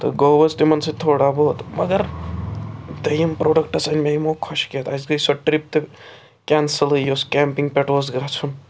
تہٕ گوٚو حظ تِمن سۭتۍ تھوڑا بہت مگر دوٚیِم پرٛوڈَکٹَس أنۍ مےٚ یمو خۄشکٮ۪تھ اَسہِ گٔے سۄ ٹرٛپ تہِ کینسلٕے یۅس کیمپِنٛگ پٮ۪ٹھ اوس گَژھُن